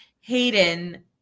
Hayden